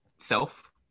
Self